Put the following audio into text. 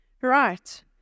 Right